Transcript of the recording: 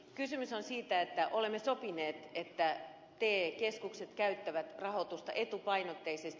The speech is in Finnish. kysymys on siitä että olemme sopineet että te keskukset käyttävät rahoitusta etupainotteisesti